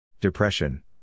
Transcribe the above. Depression